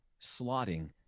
slotting